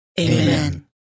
Amen